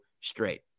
straight